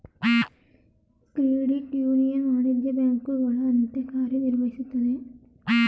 credit union ವಾಣಿಜ್ಯ ಬ್ಯಾಂಕುಗಳ ಅಂತೆ ಕಾರ್ಯ ನಿರ್ವಹಿಸುತ್ತದೆ